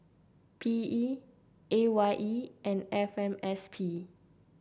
P E A Y E and F M S P